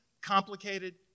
complicated